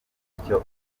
icyo